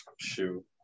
shoe